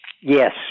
Yes